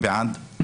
מי בעד?